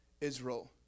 Israel